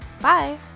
Bye